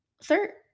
sir